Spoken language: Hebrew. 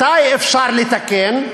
מתי אפשר לתקן?